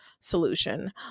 solution